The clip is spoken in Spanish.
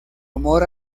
amor